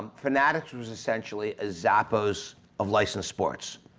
fanatics was essentially a zappos of licensed sports.